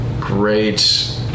great